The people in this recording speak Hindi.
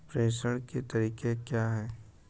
प्रेषण के तरीके क्या हैं?